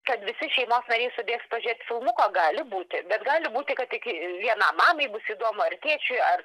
kad visi šeimos nariai subėgs pažiūrėt filmuko gali būti bet gali būti kad tik vienam mamai bus įdomu ar tėčiui ar